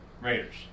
Raiders